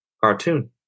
cartoon